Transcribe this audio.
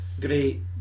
great